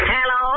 Hello